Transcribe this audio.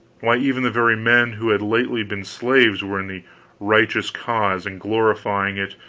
why, even the very men who had lately been slaves were in the righteous cause, and glorifying it,